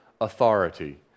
Authority